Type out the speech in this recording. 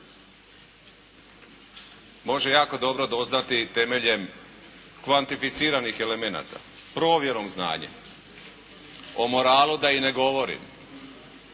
može jako dobro doznati temeljem kvantificiranih elemenata. Provjerom znanja, o moralu da i ne govorim.